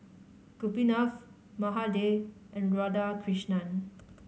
Gopinath Mahade and Radhakrishnan